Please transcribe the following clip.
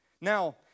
Now